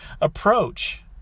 approach